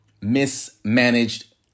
mismanaged